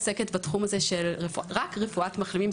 עוסקת רק בתחום הזה של רפואת מחלימים,